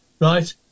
right